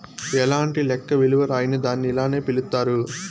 ఎలాంటి లెక్క విలువ రాయని దాన్ని ఇలానే పిలుత్తారు